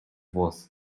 włosy